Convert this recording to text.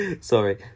sorry